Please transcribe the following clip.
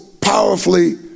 powerfully